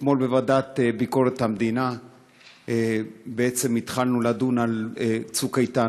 אתמול בוועדה לענייני ביקורת המדינה התחלנו לדון על "צוק איתן".